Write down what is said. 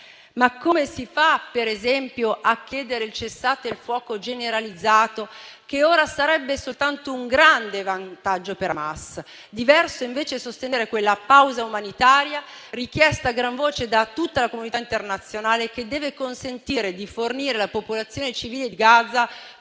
Ma come si fa, per esempio, a chiedere il cessate il fuoco generalizzato, che ora sarebbe soltanto un grande vantaggio per Hamas? Diverso, invece, è sostenere quella pausa umanitaria richiesta a gran voce da tutta la comunità internazionale, che deve consentire di fornire alla popolazione civile di Gaza